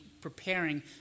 preparing